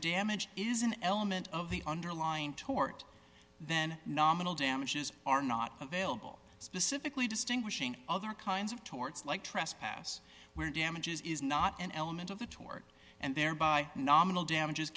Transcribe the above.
damaged is an element of the underlying tort then nominal damages are not available specifically distinguishing other kinds of torts like trespass where damages is not an element of the tort and thereby nominal damage